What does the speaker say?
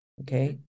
okay